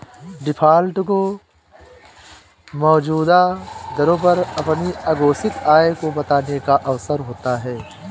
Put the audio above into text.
defaulter को मौजूदा दरों पर अपनी अघोषित आय को बताने का अवसर होता है